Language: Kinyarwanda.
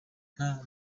ata